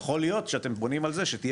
יכול להיות שאתם בונים על זה שתהיה